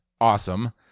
awesome